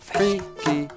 Freaky